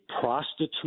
prostitute